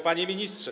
Panie Ministrze!